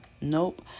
Nope